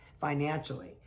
financially